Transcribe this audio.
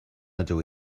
ydw